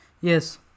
Yes